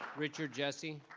richard jessie.